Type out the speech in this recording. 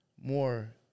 more